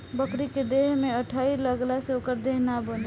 बकरी के देह में अठइ लगला से ओकर देह ना बने